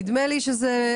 ראיתי את זה פה.